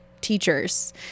teachers